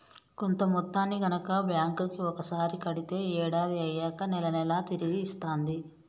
కొంత మొత్తాన్ని గనక బ్యాంక్ కి ఒకసారి కడితే ఏడాది అయ్యాక నెల నెలా తిరిగి ఇస్తాంది